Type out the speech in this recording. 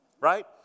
Right